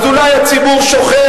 אז אולי הציבור שוכח,